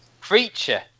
creature